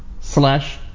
slash